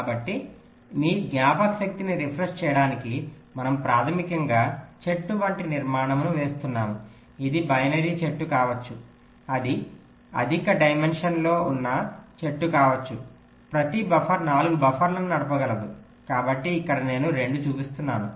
కాబట్టి మీ జ్ఞాపకశక్తిని రిఫ్రెష్ చేయడానికి మనము ప్రాథమికంగా చెట్టు వంటి నిర్మాణమును వేస్తున్నాము ఇది బైనరీ చెట్టు కావచ్చు ఇది అధిక డైమెన్షన్ లో ఉన్న చెట్టు కావచ్చు ప్రతి బఫర్ 4 బఫర్లను నడపగలదు కాబట్టి ఇక్కడ నేను 2 చూపిస్తున్నాను